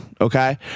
Okay